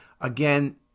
Again